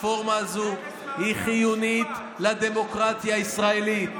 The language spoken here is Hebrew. והרפורמה הזאת היא חיונית לדמוקרטיה הישראלית.